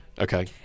Okay